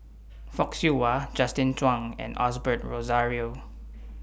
Fock Siew Wah Justin Zhuang and Osbert Rozario